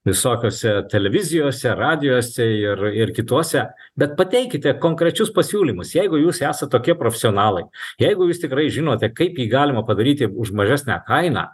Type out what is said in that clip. visokiose televizijose radijuose ir ir kituose bet pateikite konkrečius pasiūlymus jeigu jūs esat tokie profesionalai jeigu jūs tikrai žinote kaip jį galima padaryti už mažesnę kainą